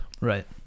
Right